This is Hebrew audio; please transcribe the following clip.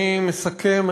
אני מסכם,